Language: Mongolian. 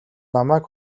намайг